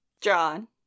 John